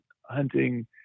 hunting